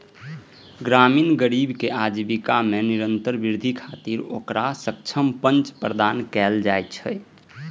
ग्रामीण गरीबक आजीविका मे निरंतर वृद्धि खातिर ओकरा सक्षम मंच प्रदान कैल जाइ छै